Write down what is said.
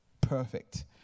perfect